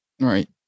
Right